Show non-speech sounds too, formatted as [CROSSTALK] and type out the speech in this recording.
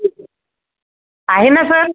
[UNINTELLIGIBLE] आहे ना सर